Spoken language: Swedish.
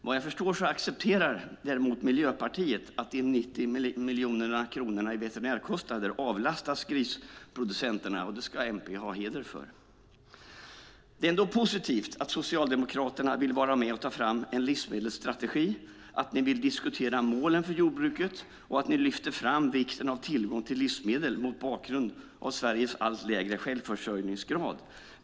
Vad jag förstår accepterar Miljöpartiet däremot att de 90 miljonerna i veterinärkostnader avlastas grisproducenterna, vilket MP i så fall ska ha heder för. Det är ändå positivt att ni i Socialdemokraterna vill vara med och ta fram en livsmedelsstrategi, att ni vill diskutera målen för jordbruket och att ni lyfter fram vikten av tillgång till livsmedel mot bakgrund av Sveriges allt lägre självförsörjningsgrad.